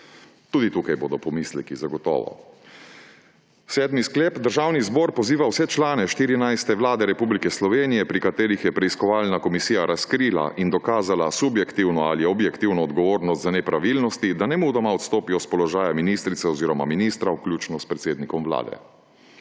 tudi tukaj bodo zagotovo pomisleki. Sedmi sklep: Državni zbor poziva vse člane 14. vlade Republike Slovenije, pri katerih je preiskovalna komisija razkrila in dokazala subjektivno ali objektivno odgovornost za nepravilnosti, da nemudoma odstopijo s položaja ministrice oziroma ministra, vključno s predsednikom Vlade.